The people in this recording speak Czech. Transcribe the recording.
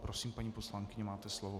Prosím, paní poslankyně, máte slovo.